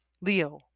Leo